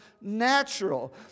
natural